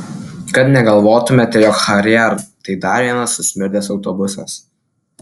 kad negalvotumėte jog harrier tai dar vienas susmirdęs autobusas